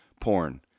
porn